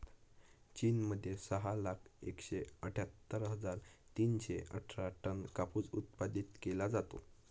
चीन मध्ये सहा लाख एकशे अठ्ठ्यातर हजार तीनशे अठरा टन कापूस उत्पादित केला जातो